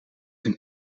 een